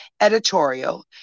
Editorial